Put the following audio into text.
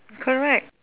correct